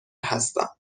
هستم